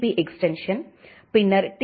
B extension பின்னர் D